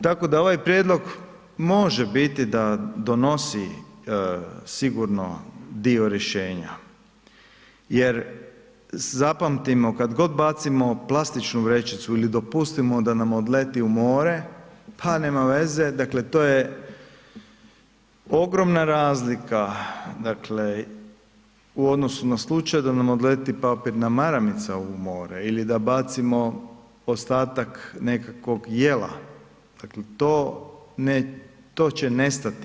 Tako da ovaj prijedlog može biti da donosi sigurno dio rješenja jer zapamtimo kad god bacimo plastičnu vrećicu ili dopustimo da nam odleti u more, pa nema veze, dakle to je ogromna razlika u odnosu da nam slučajno odleti papirna maramica u more ili da bacimo ostatak nekakvog jela, dakle to će nestati.